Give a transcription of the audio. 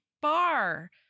bar